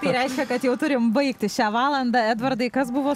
tai reiškia kad jau turim baigti šią valandą edvardai kas buvo